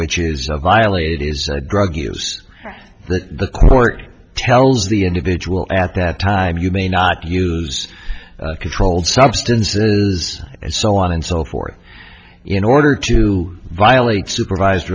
which is the violate it is a drug use that the court tells the individual at that time you may not use controlled substances and so on and so forth in order to violate supervised